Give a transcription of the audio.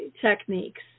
techniques